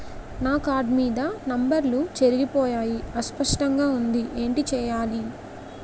నా కార్డ్ మీద నంబర్లు చెరిగిపోయాయి అస్పష్టంగా వుంది ఏంటి చేయాలి?